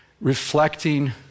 reflecting